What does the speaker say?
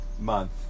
month